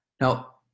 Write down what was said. Now